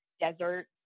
desert